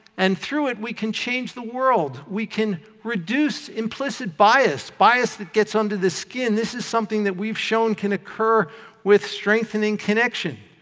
and through it, we can change the world. we can reduce implicit bias, bias that gets under the skin this is something that we've shown can occur with strengthening connection.